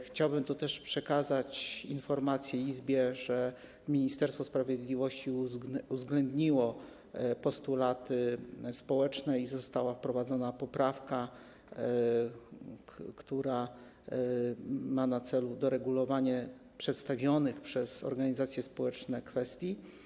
Chciałbym tu też przekazać Izbie informację, że Ministerstwo Sprawiedliwości uwzględniło postulaty społeczne i została wprowadzona poprawka, która ma na celu doregulowanie przedstawionych przez organizacje społeczne kwestii.